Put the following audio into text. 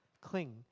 cling